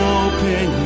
open